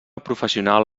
professional